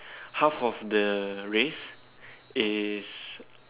half of the race is